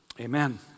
Amen